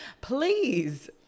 Please